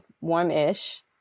warm-ish